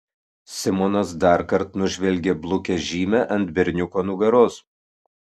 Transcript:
simonas darkart nužvelgė blukią žymę ant berniuko nugaros